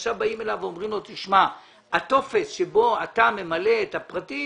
עכשיו באים אליו ואומרים לו שהטופס שבו הוא ממלא את הפרטים,